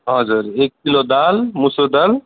हजुर एक किलो दाल मुसुर दाल